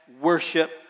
Worship